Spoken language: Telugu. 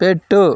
పెట్టు